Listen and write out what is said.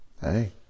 Hey